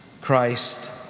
Christ